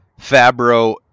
Fabro